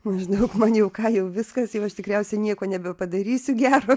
maždaug man jau ką jau viskas jau aš tikriausiai nieko nebepadarysiu gero